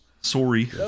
Sorry